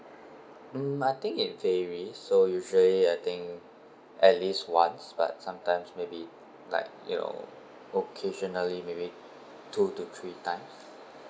mm I think it varies so usually I think at least once but sometimes maybe like you know occasionally maybe two to three times